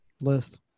list